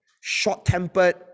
short-tempered